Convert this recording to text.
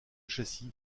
châssis